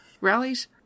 rallies